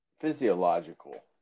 physiological